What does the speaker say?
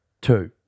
Two